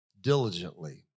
diligently